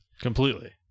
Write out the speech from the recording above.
Completely